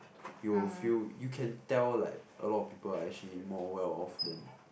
you will feel you can tell like a lot of people are actually more well off than